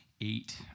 Eight